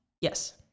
yes